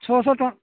ଛଅଶହ ଟଙ୍କା